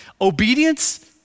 Obedience